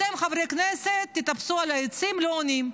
אתם, חברי הכנסת, תטפסו על העצים, לא עונים.